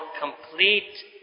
complete